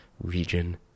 region